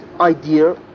idea